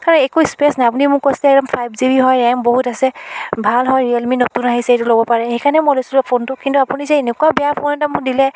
কাৰণ একো স্পেচ নাই আপুনি মোক কৈছিলে ফাইফ জি বি হয় ৰেম বহুত আছে ভাল হয় ৰিয়েলমি নতুন আহিছে এইটো ল'ব পাৰে সেইকাৰণে মই লৈছিলোঁ ফোনটো কিন্তু আপুনি যে এনেকুৱা বেয়া ফোন এটা মোক দিলে